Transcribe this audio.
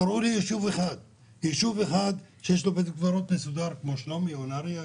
תראו לי ישוב אחד שיש לו בית קברות מסודר כמו שלומי או נהריה.